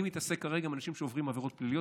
אני מתעסק כרגע עם אנשים שעוברים עבירות פליליות,